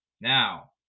Now